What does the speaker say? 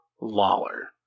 Lawler